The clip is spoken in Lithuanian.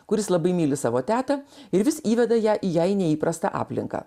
kuris labai myli savo tetą ir vis įveda ją į jai neįprastą aplinką